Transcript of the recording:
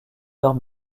leurs